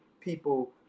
people